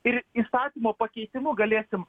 ir įstatymo pakeitimu galėsim